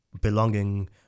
belonging